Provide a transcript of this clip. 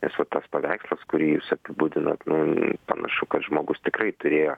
nes va tas paveikslas kurį jūs apibūdinot nu panašu kad žmogus tikrai turėjo